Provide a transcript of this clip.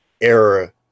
era